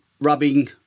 rubbing